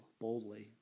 boldly